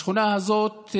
בשכונה הזאת,